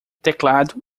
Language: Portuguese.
teclado